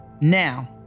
Now